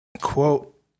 quote